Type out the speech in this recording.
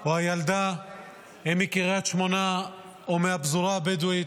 או הילדה הם מקריית שמונה או מהפזורה הבדואית.